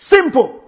Simple